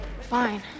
Fine